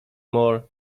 more